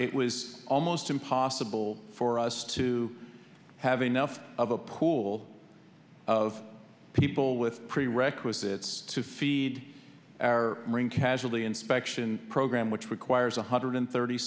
it was almost impossible for us to have enough of a pool of people with prerequisites to feed our marine casually inspection program which requires one hundred thirty